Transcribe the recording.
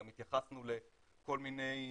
גם התייחסנו לכל מיני